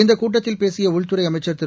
இநதக் கூட்டத்தில் பேசிய உள்துறை அமைச்சர் திரு